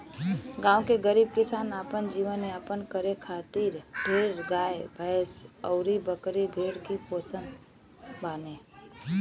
गांव के गरीब किसान अपन जीवन यापन करे खातिर ढेर गाई भैस अउरी बकरी भेड़ ही पोसत बाने